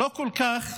לא כל כך